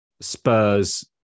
spurs